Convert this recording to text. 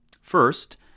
First